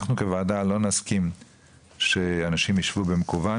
אנחנו כוועדה לא נסכים שאנשים יישבו במקוון,